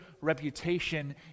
reputation